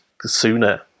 sooner